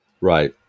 Right